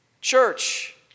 Church